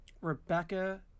Rebecca